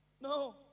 No